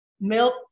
milk